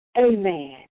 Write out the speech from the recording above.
amen